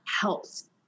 helps